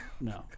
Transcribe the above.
No